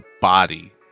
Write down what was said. body